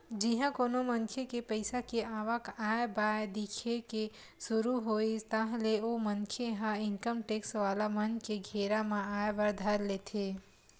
जिहाँ कोनो मनखे के पइसा के आवक आय बाय दिखे के सुरु होइस ताहले ओ मनखे ह इनकम टेक्स वाला मन के घेरा म आय बर धर लेथे